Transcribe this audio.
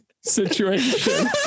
situation